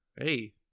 Hey